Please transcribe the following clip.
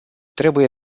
trebuie